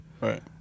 Right